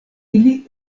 ili